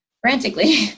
frantically